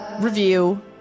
review